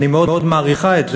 אני מאוד מעריכה את זה,